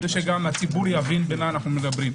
כדי שגם הציבור יבין במה אנו מדברים.